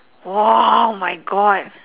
!wah! my god